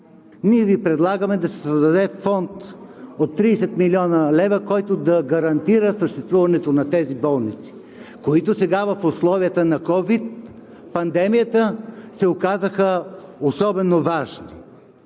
Ние Ви предлагаме да се създаде фонд от 30 млн. лв., който да гарантира съществуването на тези болници, които сега в условията на ковид пандемията се оказаха особено важни.